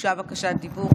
הוגשה בקשת דיבור.